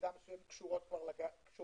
במידה מסוימות קשורות מאחור.